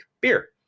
beer